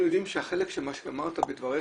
אנחנו יודעים שהחלק של מה שאמרת בדבריך,